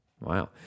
wow